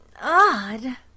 odd